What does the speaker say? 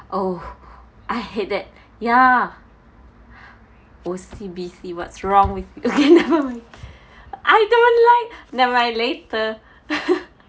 oh I hate that ya O_C_B_C what's wrong with okay nevermind I don't like nevermind later